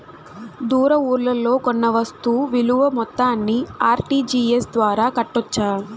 దూర ఊర్లలో కొన్న వస్తు విలువ మొత్తాన్ని ఆర్.టి.జి.ఎస్ ద్వారా కట్టొచ్చా?